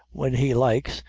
when he likes,